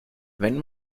wenn